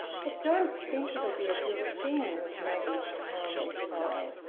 i don't think it'll be a good thing, was maggie's calm reply.